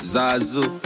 Zazu